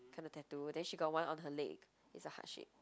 kind of tattoo then she got one on her leg it's a heart shape